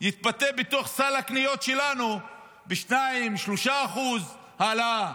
יתבטא בתוך סל הקניות ב-2% 3% העלאה.